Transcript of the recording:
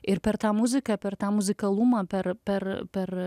ir per tą muziką per tą muzikalumą per per per